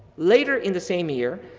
later in the same year,